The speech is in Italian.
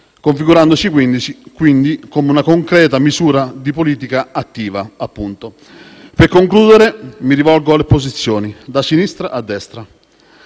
configurandosi quindi come una concreta misura di politica attiva. Per concludere mi rivolgo alle opposizioni, da sinistra a destra: